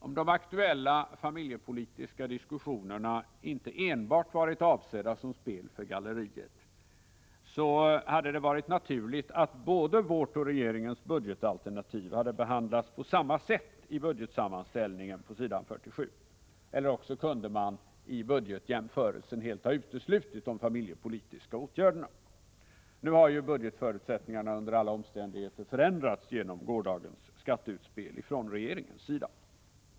Om de aktuella familjepolitiska diskussionerna inte enbart varit avsedda som spel för galleriet, hade det varit naturligt att både vårt och regeringens budgetalternativ hade behandlats på samma sätt i budgetsammanställningen på s. 47, eller också kunde man i budgetjämförelsen helt ha uteslutit de familjepolitiska åtgärderna. Nu har ju budgetförutsättningarna under alla omständigheter förändrats genom gårdagens skatteutspel från regeringen.